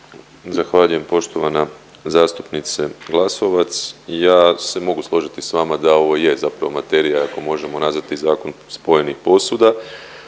Zahvaljujem. Poštovana zastupnice Glasovac. Ja se mogu složiti s vama da ovo je zapravo materija ako možemo nazvati zakon spojenih posuda.